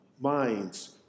minds